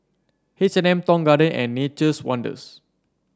H and M Tong Garden and Nature's Wonders